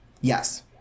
Yes